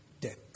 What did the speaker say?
death